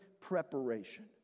preparation